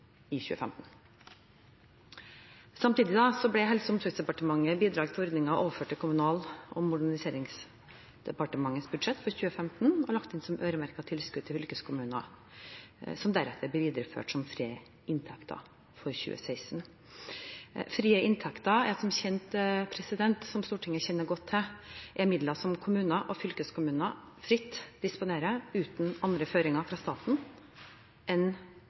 Helse- og omsorgsdepartementets bidrag til ordningen overført til Kommunal- og moderniseringsdepartementets budsjett for 2015 og lagt inn som øremerket tilskudd til fylkeskommunene og deretter videreført som frie inntekter i 2016. Frie inntekter er som Stortinget kjenner godt til, midler som kommunene og fylkeskommunene fritt disponerer uten andre føringer fra staten enn